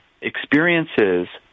experiences